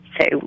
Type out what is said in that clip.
say